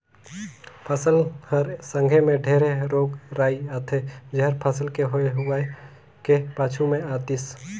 फसल हर संघे मे ढेरे रोग राई आथे जेहर फसल के होए हुवाए के पाछू मे आतिस